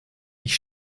ich